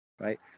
right